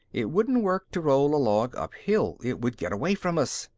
it wouldn't work to roll a log uphill. it would get away from us.